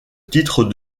titre